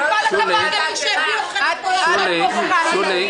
-- עם כל הכבוד למי שהביא אתכן לפה לעשות פרובוקציות.